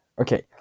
Okay